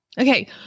Okay